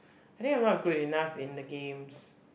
I think I'm not good enough in the games